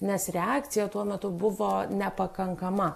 nes reakcija tuo metu buvo nepakankama